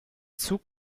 zug